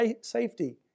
safety